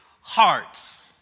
hearts